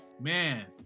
Man